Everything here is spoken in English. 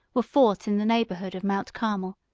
were fought in the neighborhood of mount carmel,